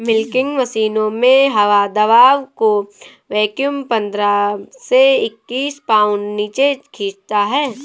milking मशीनों में हवा दबाव को वैक्यूम पंद्रह से इक्कीस पाउंड नीचे खींचता है